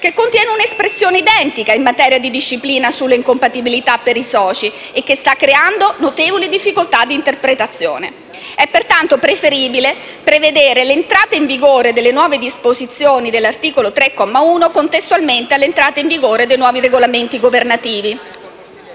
che contiene un'espressione identica in materia di disciplina sull'incompatibilità per i soci e che sta creando notevoli difficoltà di interpretazione. È pertanto preferibile prevedere l'entrata in vigore delle nuove disposizioni dell'articolo 3, comma 1, della normativa che disciplina gli ordini